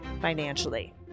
financially